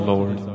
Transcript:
Lord